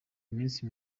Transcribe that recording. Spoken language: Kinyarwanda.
iminsi